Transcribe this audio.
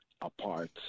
apart